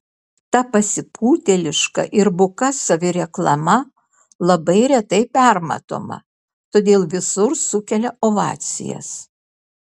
ta pasipūtėliška ir buka savireklama labai retai permatoma todėl visur sukelia ovacijas